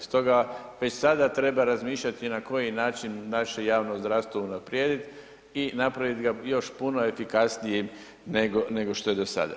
Stoga već sada treba razmišljati na koji način naše javno zdravstvo unaprijediti i napraviti ga još puno efikasnijim nego što je do sada.